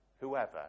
whoever